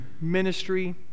ministry